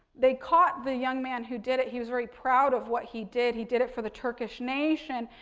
they caught the young man who did it, he was very proud of what he did. he did it for the turkish nation.